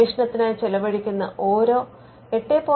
ഗവേഷണത്തിനായി ചെലവഴിക്കുന്ന ഓരോ 8